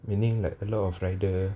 meaning like a lot of rider